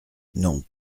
non